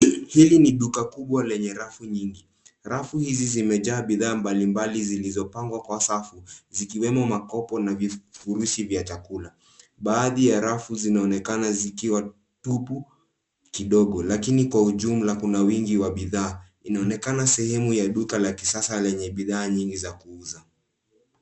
Hili ni duka kubwa lenye rafu nyingi , rafu hizi zimejaa bidhaa mbalimbali zilizopangwa kwa safu zikiwemo makopo na vifurushi vya chakula. Baadhi ya rafu zinaoonekana zikiwa tupu kidogo lakini kwa ujumla, kuna wingi wa bidhaa inaonekana sehemu ya duka la kisasa lenye bidhha nyingi za kuuza.